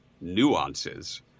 nuances